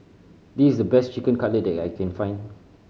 this is the best Chicken Cutlet that I can find